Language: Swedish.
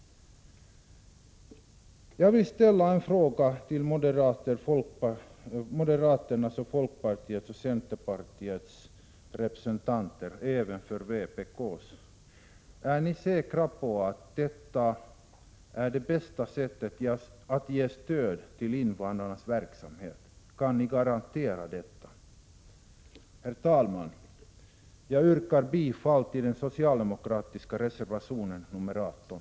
Jag vill ställa en fråga till moderaternas, folkpartiets, centerpartiets och även vänsterpartiet kommunisternas representanter: Är ni säkra på att detta är det bästa sättet att ge stöd till invandrarnas verksamhet? Kan ni garantera det? Herr talman! Jag yrkar bifall till den socialdemokratiska reservationen nr 18.